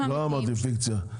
לא אמרתי פיקציה,